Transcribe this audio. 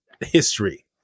history